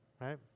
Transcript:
Right